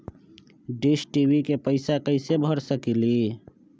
Dish TV के पैईसा कईसे भर सकली?